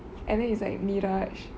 and then it's like niraj